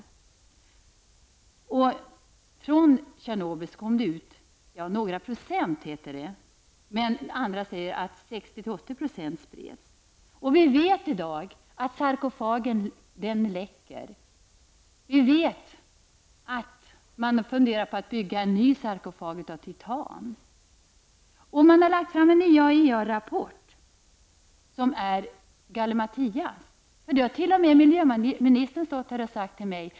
Det heter att det från Tjernobylreaktorn kom ut några procent. Andra hävdar att 60--80 % spreds ut. I dag vet vi att sarkofagen läcker. Vi vet att man funderar på att bygga en ny sarkofag av titan. Det har lagts fram en IAEA-rapport som är gallimatias. Den har räknat bort många saker -- det har t.o.m. miljöministern stått här och sagt till mig.